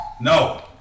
No